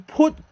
put